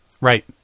Right